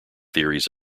theories